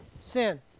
sin